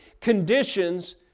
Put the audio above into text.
Conditions